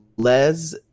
les